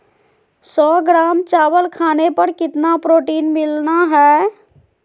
सौ ग्राम चावल खाने पर कितना प्रोटीन मिलना हैय?